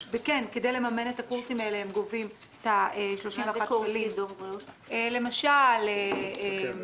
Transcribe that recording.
פעילות גופנית וקורסים לטרום סוכרתיים,